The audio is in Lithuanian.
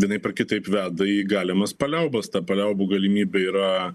vienaip ar kitaip veda į galimas paliaubas ta paliaubų galimybė yra